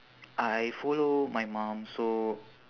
I follow my mum so